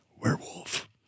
werewolf